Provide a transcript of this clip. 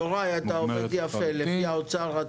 יוראי, אתה עובד יפה, לפי האוצר.